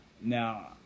Now